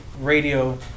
radio